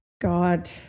God